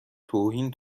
توهین